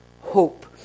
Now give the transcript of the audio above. hope